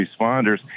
responders